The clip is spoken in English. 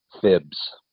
Fibs